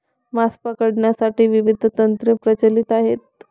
मासे पकडण्यासाठी विविध तंत्रे प्रचलित आहेत